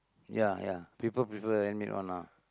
ya ya people prefer handmade one lah